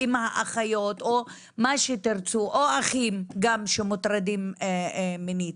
אחיות או אחים שמטרידים מינית,